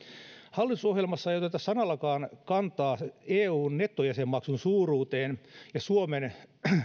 hallitusohjelmassa ei oteta sanallakaan kantaa eun nettojäsenmaksun suuruuteen ja suomen